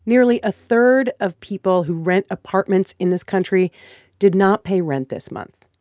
nearly a third of people who rent apartments in this country did not pay rent this month.